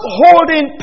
holding